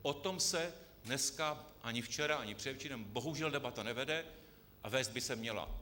O tom se dneska, ani včera, ani předevčírem bohužel debata nevede, a vést by se měla.